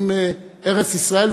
עם ארץ-ישראל,